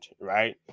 right